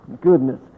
Goodness